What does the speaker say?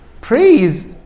Praise